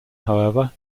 however